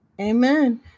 amen